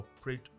operate